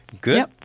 Good